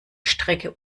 strecke